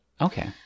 Okay